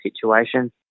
situation